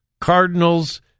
cardinals